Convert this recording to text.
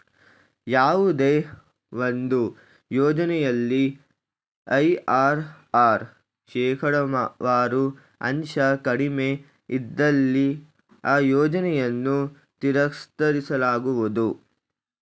ಯಾವುದೇ ಒಂದು ಯೋಜನೆಯಲ್ಲಿ ಐ.ಆರ್.ಆರ್ ಶೇಕಡವಾರು ಅಂಶ ಕಡಿಮೆ ಇದ್ದಲ್ಲಿ ಆ ಯೋಜನೆಯನ್ನು ತಿರಸ್ಕರಿಸಲಾಗುವುದು